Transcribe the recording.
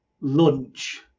lunch